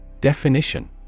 Definition